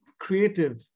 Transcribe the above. creative